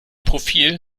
profil